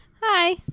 Hi